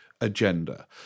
agenda